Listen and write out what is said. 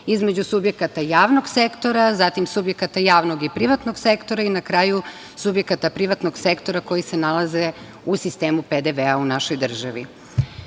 između subjekata i javnog sektora, zatim subjekata javnog i privatnog sektora i, na kraju, subjekata privatnog sektora koji se nalaze u sistemu PDV-a u našoj državi. Pod